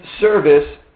service